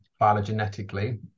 phylogenetically